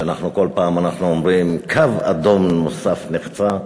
כשאנחנו כל פעם אומרים: קו אדום נוסף נחצה,